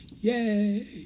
Yay